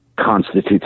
constitutes